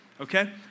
Okay